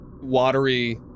watery